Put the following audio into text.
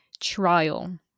trial